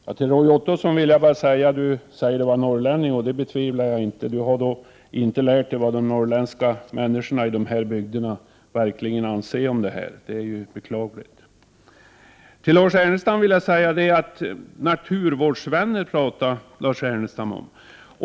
Herr talman! Roy Ottosson säger att han är norrlänning, och det betvivlar jag inte. Han har dock inte lärt sig vad de norrländska människorna i de här bygderna verkligen anser om denna fråga. Det är ju beklagligt. Lars Ernestam talar om naturvårdsvänner.